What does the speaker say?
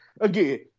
again